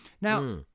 Now